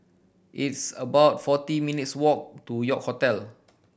it's about forty minutes' walk to York Hotel